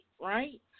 right